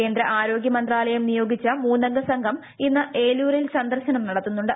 കേന്ദ്ര ആരോഗൃമന്ത്രാലയം നിയോഗിച്ച മൂന്നംഗ സംഘം ഇന്ന് ഏലൂരിൽ സന്ദർശനം നടത്തുന്നുണ്ട്